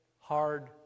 hard